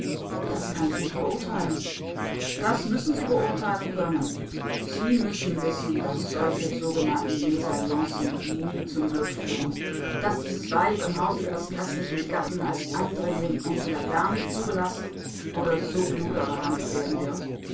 das kann ich nicht beurteilen das müssen sie beurteilen können sie müssen wissen daß solche sogenannten mesalliancen nie zum glück führen daß dieses weib im hause ihres gräflichen gatten als eindringling entweder gar nicht zugelassen oder sub luder behandelt werden wird